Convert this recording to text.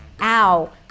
Ow